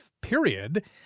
period